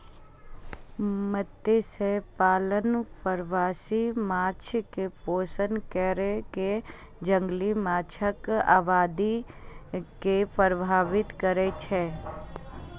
मत्स्यपालन प्रवासी माछ कें पोषण कैर कें जंगली माछक आबादी के प्रभावित करै छै